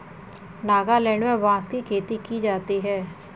नागालैंड में बांस की खेती की जाती है